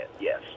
yes